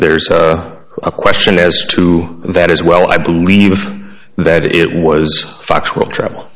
there's a question as to that as well i believe that it was factual travel